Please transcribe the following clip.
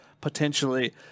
potentially